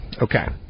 Okay